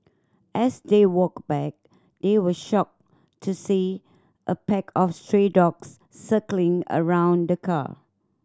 as they walked back they were shocked to see a pack of stray dogs circling around the car